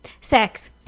sex